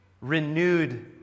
renewed